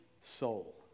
soul